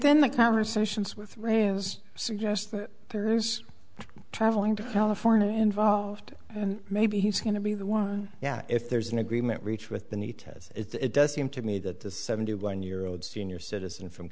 then the conversations with radios suggest that there's traveling to california involved and maybe he's going to be the one yeah if there's an agreement reached with the nita's it does seem to me that the seventy one year old senior citizen from